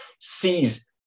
sees